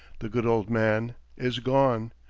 the good old man is gone.